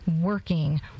working